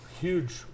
huge